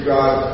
God